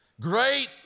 Great